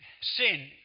sin